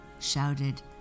shouted